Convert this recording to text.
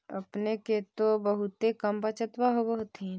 अपने के तो बहुते कम बचतबा होब होथिं?